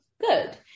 good